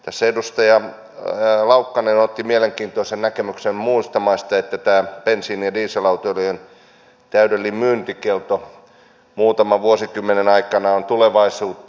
tässä edustaja laukkanen otti mielenkiintoisen näkemyksen muista maista että tämä bensiini ja dieselautojen täydellinen myyntikielto muutaman vuosikymmenen aikana on tulevaisuutta